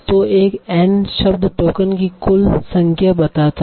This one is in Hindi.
तो एन शब्द टोकन की कुल संख्या बताता है